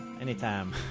anytime